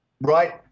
Right